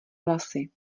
vlasy